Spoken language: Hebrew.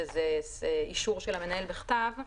שזה אישור של המנהל בכתב,